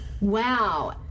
Wow